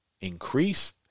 increase